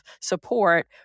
support